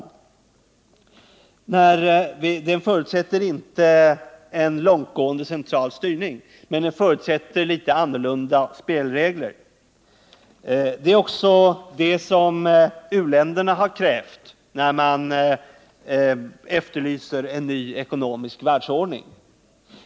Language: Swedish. En socialt inriktad världshandel förutsätter inte en långtgående central styrning men däremot litet annorlunda spelregler. Det är också det som u-länderna har krävt när de efterlyser en ny ekonomisk världsordning.